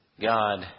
God